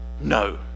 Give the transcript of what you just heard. No